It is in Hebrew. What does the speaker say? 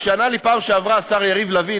כשענה לי בפעם שעברה השר יריב לוין,